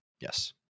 Yes